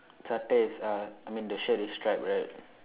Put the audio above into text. sattai is uh I mean the shirt is stripe right